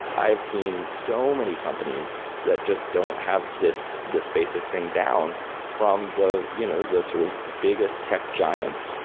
i've seen so many companies that just don't have this this basic thing down from the you know the sort of biggest tech giants,